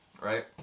right